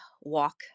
walk